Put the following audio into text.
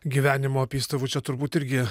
gyvenimo apystovų čia turbūt irgi